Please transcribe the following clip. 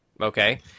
okay